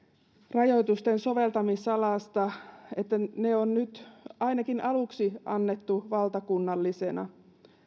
rajoitusten soveltamisalasta ne on nyt ainakin aluksi annettu valtakunnallisina